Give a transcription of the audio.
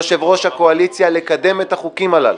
אני מבקש מראש הממשלה ומחברי יושב-ראש הקואליציה לקדם את החוקים הללו.